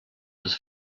des